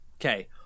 okay